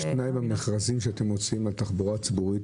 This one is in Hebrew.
יש תנאי במכרזים שאתם מוציאים בתחבורה הציבורית